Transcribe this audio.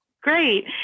Great